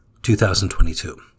2022